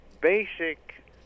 basic